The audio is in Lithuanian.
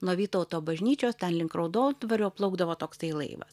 nuo vytauto bažnyčios ten link raudondvario plaukdavo toksai laivas